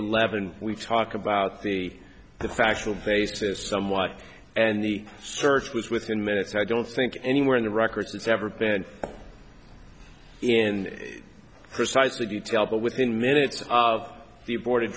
eleven we talk about the the factual basis somewhat and the search was within minutes i don't think anywhere in the records it's ever been in precisely detail but within minutes of the abo